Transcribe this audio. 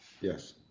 Yes